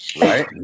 right